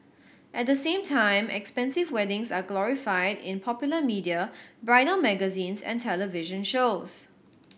at the same time expensive weddings are glorified in popular media bridal magazines and television shows